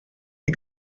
die